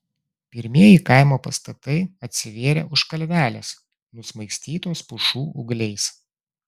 pirmieji kaimo pastatai atsivėrė už kalvelės nusmaigstytos pušų ūgliais